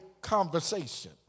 conversation